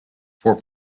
for